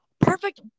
perfect